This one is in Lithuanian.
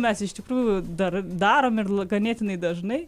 mes iš tikrųjų dar darome ir ganėtinai dažnai